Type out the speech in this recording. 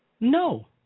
No